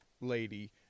lady